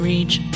Reach